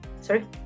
Sorry